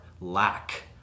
lack